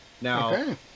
now